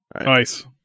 Nice